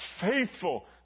faithful